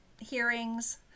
hearings